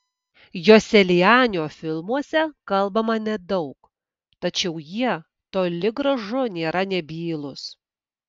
joselianio filmuose kalbama nedaug tačiau jie toli gražu nėra nebylūs